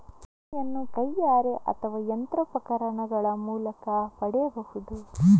ರೇಷ್ಮೆಯನ್ನು ಕೈಯಾರೆ ಅಥವಾ ಯಂತ್ರೋಪಕರಣಗಳ ಮೂಲಕ ಪಡೆಯಬಹುದು